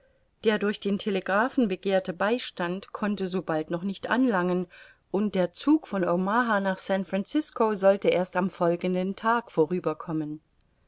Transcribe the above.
der durch den telegraphen begehrte beistand konnte so bald noch nicht anlangen und der zug von omaha nach san francisco sollte erst am folgenden tag